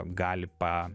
gali pa